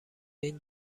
این